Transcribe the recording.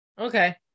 Okay